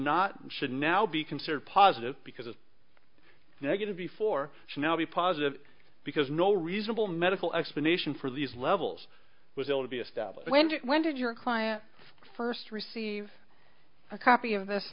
not should now be considered positive because of negative before she now be positive because no reasonable medical explanation for these levels was able to be established when when did your client first receive a copy of this